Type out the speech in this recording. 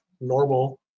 normal